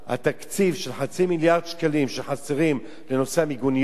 התקציב של חצי מיליארד שקלים שחסרים לנושא המיגוניות,